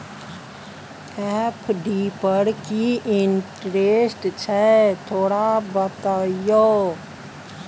FD पर की interest छय थोरा बतईयो?